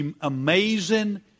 amazing